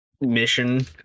mission